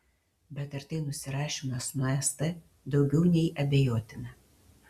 bet ar tai nusirašymas nuo st daugiau nei abejotina